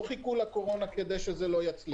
לא חיכו לקורונה כדי שזה לא יצליח.